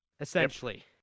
essentially